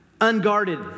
unguarded